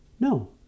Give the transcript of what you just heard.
No